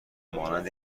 مانند